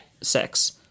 sex